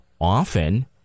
often